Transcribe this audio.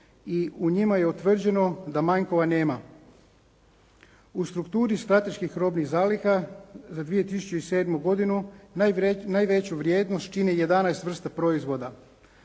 i u njima je utvrđeno da manjkova nema. U strukturi strateških robnih zaliha za 2007. godinu najveću vrijednost čini 11 vrsta proizvoda